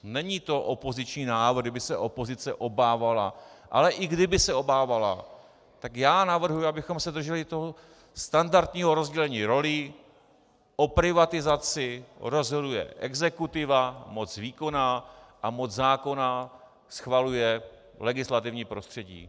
Není to opoziční návrh, kdy by se opozice obávala, ale i kdyby se obávala, tak já navrhuji, abychom se drželi standardního rozdělení rolí o privatizaci rozhoduje exekutiva, moc výkonná, a moc zákonná schvaluje legislativní prostředí.